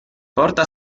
porta